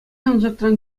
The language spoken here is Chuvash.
ӑнсӑртран